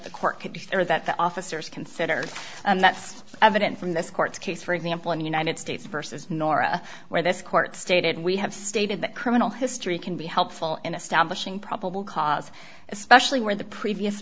sure that the officers consider and that's evident from this court case for example in the united states versus nora where this court stated we have stated that criminal history can be helpful in establishing probable cause especially where the previous